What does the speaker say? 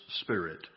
spirit